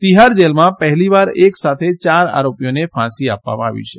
તિહાર જેલમાં પહેલીવાર એક સાથે યાર આરોપીઓને ફાંસી આપવામાં આવી છે